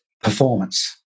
performance